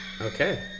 Okay